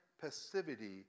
passivity